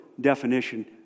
definition